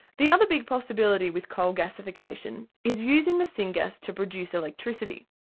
the other big possibility with coal gasification is using the syn gas to produce electricity.